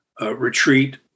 retreat